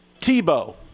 Tebow